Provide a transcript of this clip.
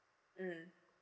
mm